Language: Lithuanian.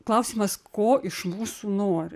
klausimas ko iš mūsų nori